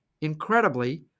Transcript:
Incredibly